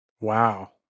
Wow